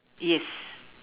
yes